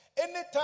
anytime